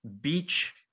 Beach